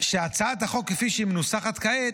שהצעת החוק כפי שהיא מנוסחת כעת,